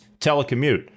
telecommute